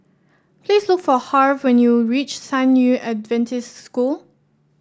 please look for Harve when you reach San Yu Adventist School